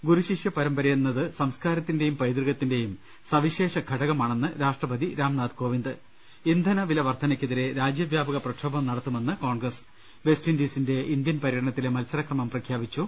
ഗുരു ശിഷ്യ പരമ്പരയെന്നത് സംസ്കാരത്തി ന്റെയും പൈതൃകത്തിന്റെയും സവിശേഷ ഘടകമാണെന്ന് രാഷ്ട്രപതി രാംനാഥ് കോവിന്ദ് ഇന്ധന വില വർദ്ധനയ്ക്കെതിരെ രാജ്യവ്യാപക പ്രക്ഷോഭം നടത്തുമെന്ന് കോൺഗ്രസ് വെസ്റ്റിൻഡീസിന്റെ ഇന്ത്യൻ പര്യടനത്തിലെ മത്സരക്രമം പ്രഖ്യാപിച്ചു